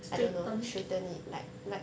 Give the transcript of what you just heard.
straighten